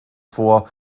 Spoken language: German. vor